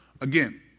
again